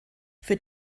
für